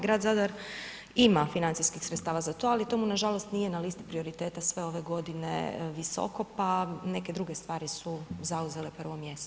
Grad Zadar ima financijskih sredstava za to, ali to mu na žalost nije na listi prioriteta sve ove godine visoko, pa neke druge stvari su zauzele prvo mjesto.